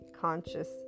conscious